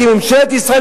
כממשלת ישראל,